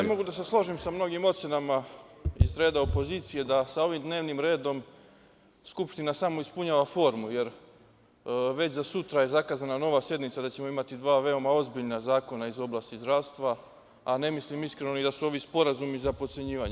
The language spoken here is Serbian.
Ne mogu da se složim sa mnogim ocenama iz reda opozicije da sa ovim dnevnom redom Skupština samo ispunjava formu jer već za sutra je zakazana nova sednica gde ćemo imati dva veoma ozbiljna zakona iz oblasti zdravstva, a ne mislim iskreno ni da su ovi sporazumi za potcenjivanje.